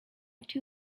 too